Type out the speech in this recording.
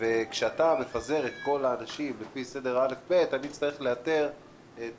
ולכן כשאתה מפזר את כל האנשים לפי סדר הא'-ב אני אצטרך לאתר את